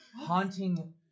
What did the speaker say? haunting